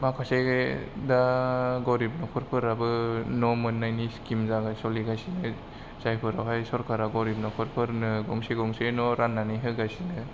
माखासे दा गरिब नखरफोराबो न' मोननायनि स्किम जानो सलिगासिनो जायफोरावहाय सोरखारा गरिब नखरफोरनो गंसे गंसे न' रानानै होगासिनो